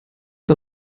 der